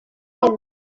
kinini